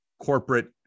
corporate